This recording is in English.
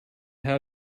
how